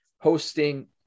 hosting